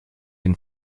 den